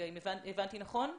הבנתי נכון?